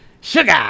sugar